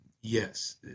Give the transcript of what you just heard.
yes